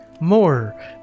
more